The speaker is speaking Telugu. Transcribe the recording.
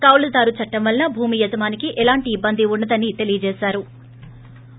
కౌలుదారు చట్టం వలన భూమి యజమానికి ఎలాంటి ఇబ్బంది ఉండదని తెలిపారు